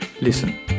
Listen